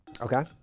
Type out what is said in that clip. Okay